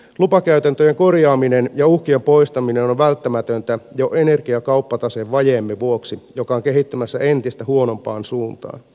lupakäytäntöjen korjaaminen ja uh kien poistaminen on välttämätöntä jo energiakauppatasevajeemme vuoksi joka on kehittymässä entistä huonompaan suuntaan